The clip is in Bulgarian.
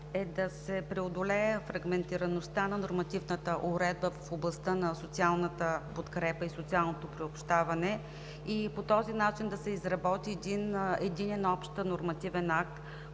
е да се преодолее фрагментираността на нормативната уредба в областта на социалната подкрепа и социалното приобщаване и по този начин да се изработи единен, общ нормативен акт,